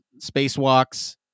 spacewalks